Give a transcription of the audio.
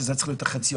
שזה צריך להיות החציון.